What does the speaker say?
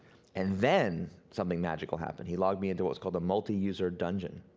and then something magical happened, he logged me into what was called a multi user dungeon,